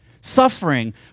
suffering